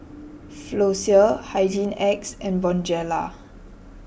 Floxia Hygin X and Bonjela